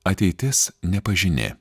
ateitis nepažini